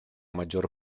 maggior